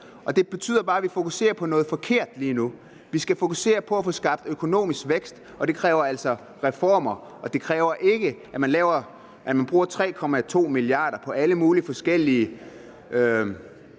Og det betyder bare, at vi fokuserer på noget forkert lige nu. Vi skal fokusere på at få skabt økonomisk vækst, og det kræver altså reformer. Det kræver ikke, at man bruger 3,2 mia. kr. på alle mulige forskellige